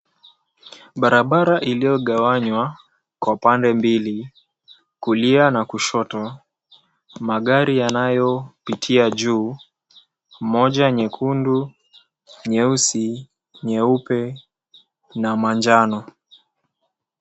Barabara iliogawanywa kwa pande mbili kulia na kushoto magari yanayopitia juu moja nyekundu, nyeusi, nyeupe na manjano.